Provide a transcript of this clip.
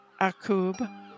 Akub